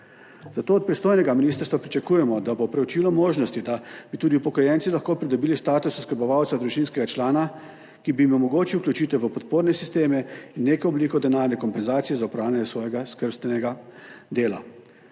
Zato od pristojnega ministrstva pričakujemo, da bo preučilo možnosti, da bi tudi upokojenci lahko pridobili status oskrbovalca družinskega člana, ki bi jim omogočil vključitev v podporne sisteme in neko obliko denarne kompenzacije za opravljanje svojega skrbstvenega dela.